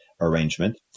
arrangement